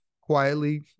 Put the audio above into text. quietly